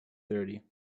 thirty